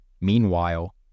Meanwhile